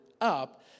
up